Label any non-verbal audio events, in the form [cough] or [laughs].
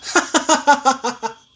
[laughs]